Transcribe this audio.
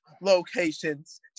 locations